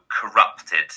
corrupted